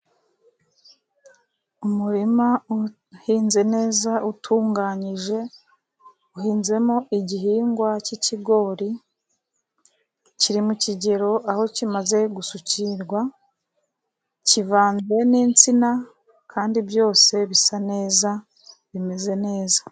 Umurima uhinze neza utunganyije. Uhinzemo igihingwa cy'ikigori kiri mu kigero aho kimaze gusukirwa. Kivanzwe n'insina, kandi byose bisa neza, bimeze neza.